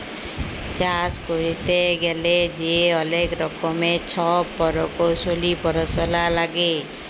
চাষ ক্যইরতে গ্যালে যে অলেক রকমের ছব পরকৌশলি পরাশলা লাগে